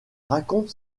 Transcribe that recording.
raconte